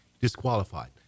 disqualified